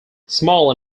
small